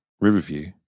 Riverview